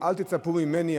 אל תצפו ממני,